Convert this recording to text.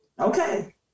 okay